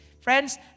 Friends